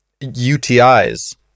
UTIs